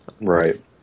Right